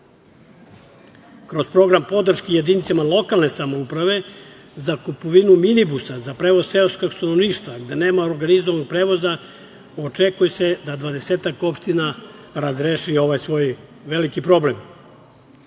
program podrške jedinicama lokalne samouprave za kupovinu minibusa za prevoz seoskog stanovništva gde nema organizovanog prevoza, očekuje se da dvadesetak opština razreši ovaj svoj veliki